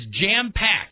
jam-packed